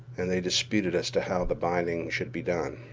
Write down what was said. and they disputed as to how the binding should be done.